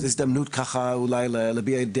אז זו ההזדמנות ככה אולי להעלות את זה ולהביע